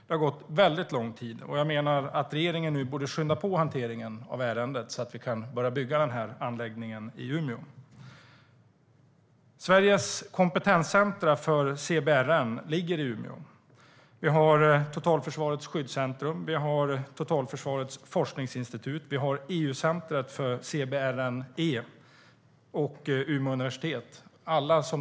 Det har gått väldigt lång tid, och jag menar att regeringen nu borde skynda på hanteringen av ärendet så att vi kan börja bygga den här anläggningen i Umeå. Sveriges kompetenscentrum för CBRN ligger i Umeå. Vi har Totalförsvarets skyddscentrum, Totalförsvarets forskningsinstitut, Europeiska CBRNE-centret och Umeå universitet.